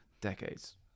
decades